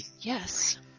Yes